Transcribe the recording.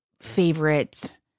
favorite